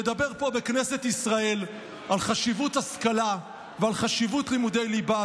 לדבר פה בכנסת ישראל על חשיבות ההשכלה ועל חשיבות לימודי הליבה,